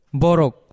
borok